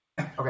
okay